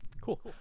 Cool